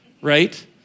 right